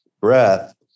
breath